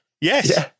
Yes